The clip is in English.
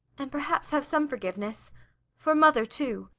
and perhaps have some forgiveness for mother, too.